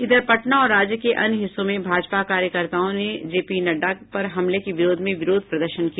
इधर पटना और राज्य के अन्य हिस्सों में भाजपा कार्यकर्ताओं ने जे पी नड्डा पर हमले के विरोध में विरोध प्रदर्शन किया